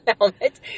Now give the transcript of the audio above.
helmet